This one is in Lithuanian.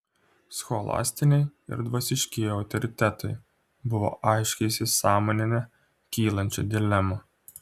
scholastiniai ir dvasiškieji autoritetai buvo aiškiai įsisąmoninę kylančią dilemą